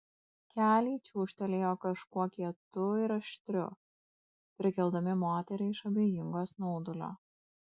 keliai čiūžtelėjo kažkuo kietu ir aštriu prikeldami moterį iš abejingo snaudulio